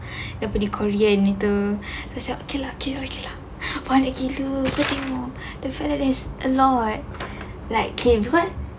dia punya korean itu macam okay lah okay lah okay lah banyak gila aku tengok I feel like that's a lot like okay because